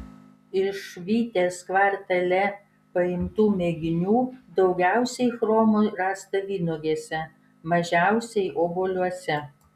iš vitės kvartale paimtų mėginių daugiausiai chromo rasta vynuogėse mažiausiai obuoliuose